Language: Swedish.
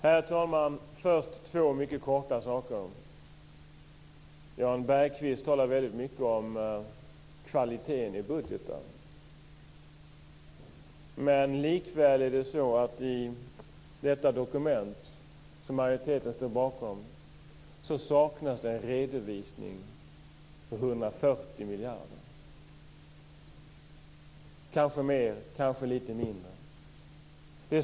Herr talman! Först två mycket korta saker. Jan Bergqvist talar väldigt mycket om kvaliteten i budgetar. Likväl är det så att det i det dokument som majoriteten står bakom saknas redovisning för 140 miljarder, kanske mer, kanske lite mindre.